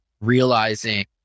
realizing